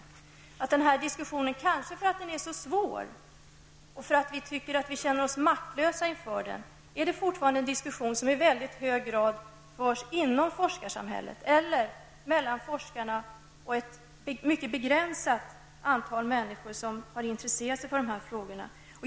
Kanske på grund av att den här diskussionen är så svår och för att vi tycker att vi känner oss maktlösa inför den, förs den fortfarande i mycket hög grad inom forskarsamhället eller mellan forskarna och ett mycket begränsat antal människor som har intresserat sig för dessa frågor.